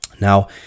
now